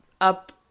up